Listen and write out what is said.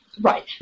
Right